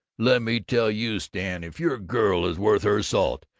let me tell you, stan, if your girl is worth her salt,